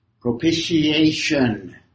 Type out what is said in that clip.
propitiation